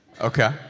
Okay